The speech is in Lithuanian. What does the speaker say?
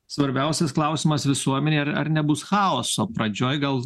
svarbiausias klausimas visuomenei ar nebus chaoso pradžioj gal